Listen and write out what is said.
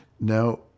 now